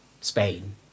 Spain